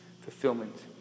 fulfillment